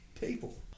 people